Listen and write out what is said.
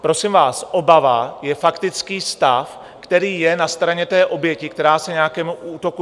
Prosím vás, obava je faktický stav, který je na straně oběti, která se brání nějakému útoku.